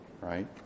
right